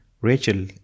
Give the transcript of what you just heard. Rachel